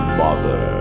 mother